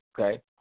okay